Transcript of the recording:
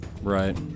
Right